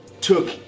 took